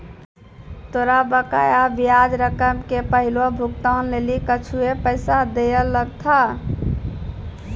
तोरा बकाया ब्याज रकम के पहिलो भुगतान लेली कुछुए पैसा दैयल लगथा